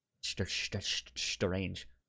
strange